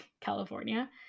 California